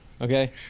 okay